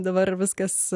dabar viskas